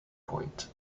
point